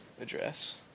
address